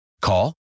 Call